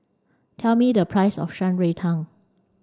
tell me the price of Shan Rui Tang